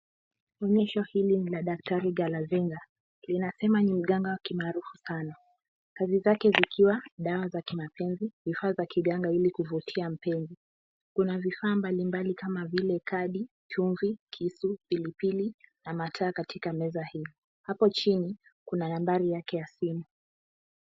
Onyesho hili ni la daktari Kalasinga linasema ni mganga wa kimaarufu sana. Kazi zake zikiwa dawa za mapenzi vifaa za kiganga ili kuvutia mpenzi. Kuna vifaa mbalimbali kama vile sukari, chumvi, kisu, pilipili na taa katika meza hilo. Hapo chini kuna nambari yake ya simu.